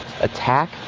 attack